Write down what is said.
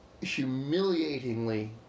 humiliatingly